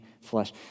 flesh